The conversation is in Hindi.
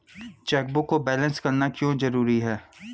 चेकबुक को बैलेंस करना क्यों जरूरी है?